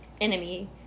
enemy